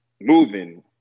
moving